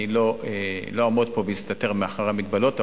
אני לא אעמוד פה ואסתתר מאחורי המגבלות,